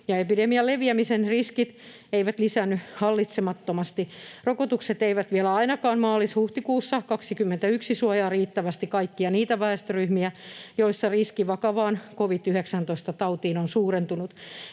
ja epidemian leviämisen riskit eivät lisäänny hallitsemattomasti. Rokotukset eivät vielä ainakaan maalis—huhtikuussa 2021 suojaa riittävästi kaikkia niitä väestöryhmiä, joissa riski vakavaan covid-19-tautiin on suurentunut.